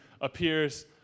appears